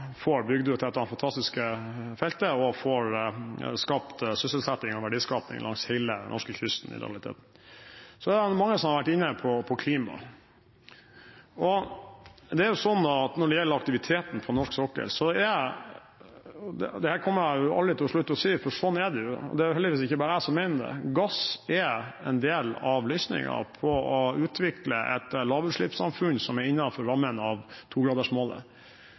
får bygd ut dette fantastiske feltet og får skapt sysselsetting og verdiskapning i realiteten langs hele norskekysten. Det er mange som har vært inne på klima. Når det gjelder aktiviteten på norsk sokkel, kommer jeg aldri til å slutte å si at gass er en del av løsningen på å utvikle et lavutslippssamfunn som er innenfor rammen av togradersmålet.